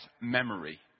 memory